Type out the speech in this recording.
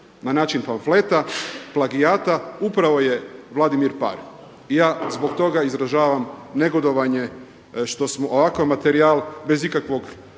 na način pamfleta, plagijata, upravo je Vladimir Paar. I za zbog toga izražavam negodovanje što smo ovakav materijal bez ikakvog